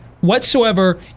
whatsoever